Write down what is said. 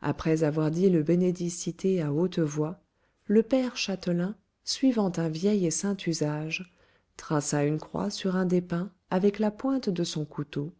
après avoir dit le benedicite à haute voix le père châtelain suivant un vieil et saint usage traça une croix sur un des pains avec la pointe de son couteau